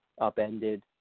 upended